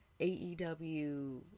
AEW